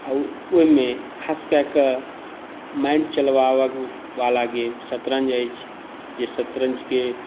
आ ओहिमे खास कए कऽ माइण्ड चलवाबयवला गेम सतरञ्ज अछि जे सतरञ्जके